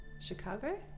Chicago